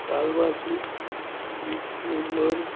कालवाची सिसूरमून